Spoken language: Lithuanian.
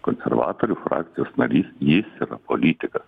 konservatorių frakcijos narys jis yra politikas